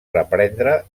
reprendre